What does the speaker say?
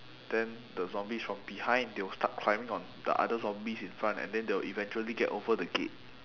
then the zombies from behind they will start climbing on the other zombies in front and then they will eventually get over the gate